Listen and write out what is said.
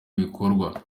ibikorwa